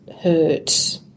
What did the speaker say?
Hurt